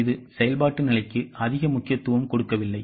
இதுசெயல்பாட்டு நிலைக்கு அதிக முக்கியத்துவம் கொடுக்கவில்லை